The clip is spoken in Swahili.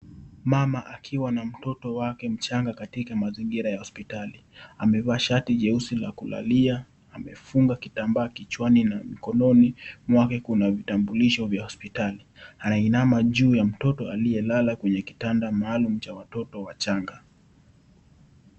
Mama akiwa na mtoto wake, mchanga katika mazingira ya hosipitali, amevaa shati jeusi la kulalia, amefunga kitambaa kichwani na mkononi mwake kuna vitambulisho vya hosipitali, anainama juu ya mtoto aliyelala kwenye kitanda maalum cha watoto wachanga.